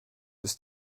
ist